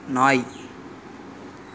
நாய்